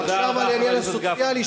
עכשיו על העניין הסוציאלי,